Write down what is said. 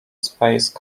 space